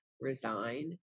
resign